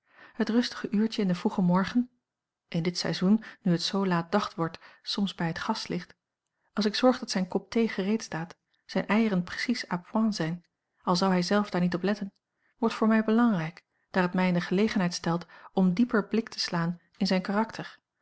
het rustige uurtje in den vroegen morgen in dit seizoen nu het zoo laat dag wordt soms bij het gaslicht als ik zorg dat zijn kop thee gereed staat zijne eieren precies à point zijn al zou hij zelf daar niet op letten wordt voor mij belangrijk daar het mij in de gelegenheid stelt om dieper blik te slaan in zijn karakter